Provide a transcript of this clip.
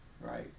right